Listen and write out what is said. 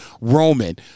Roman